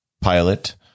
pilot